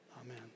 amen